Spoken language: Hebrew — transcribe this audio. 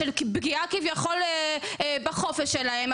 של פגיעה כביכול בחופש שלהם,